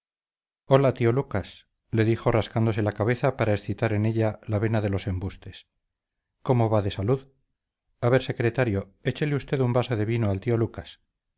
hola tío lucas le dijo rascándose la cabeza para excitar en ella la vena de los embustes cómo va de salud a ver secretario échele usted un vaso de vino al tío lucas